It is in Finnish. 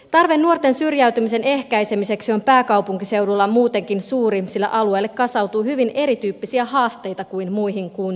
tarve nuorten syrjäytymisen ehkäisemiseksi on pääkaupunkiseudulla muutenkin suuri sillä alueelle kasautuu hyvin erityyppisiä haasteita kuin muihin kuntiin